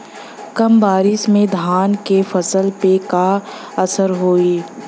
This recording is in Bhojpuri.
कम बारिश में धान के फसल पे का असर होई?